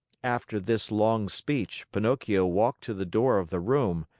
after this long speech, pinocchio walked to the door of the room.